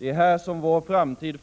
Här formas vår framtid.